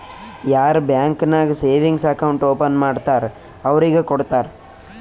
ಯಾರ್ ಬ್ಯಾಂಕ್ ನಾಗ್ savings account open ಮಾಡ್ತಾರ್ ಅವ್ರಿಗ ಕೊಡ್ತಾರ್